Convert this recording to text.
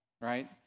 right